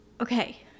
okay